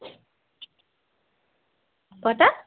কটা